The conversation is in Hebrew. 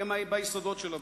אלא ביסודות של הבית.